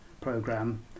program